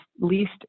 least